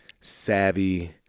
savvy